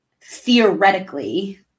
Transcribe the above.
theoretically